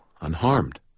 unharmed